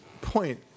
point